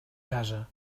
casa